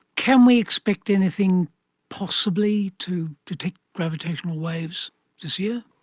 can we expect anything possibly to detect gravitational waves this year?